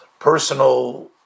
Personal